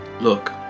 Look